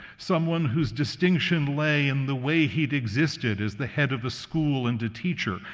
someone whose distinction lay in the way he'd existed as the head of a school and a teacher,